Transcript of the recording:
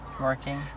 working